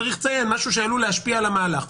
צריך לציין משהו שעלול להשפיע על המהלך.